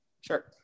Sure